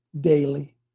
daily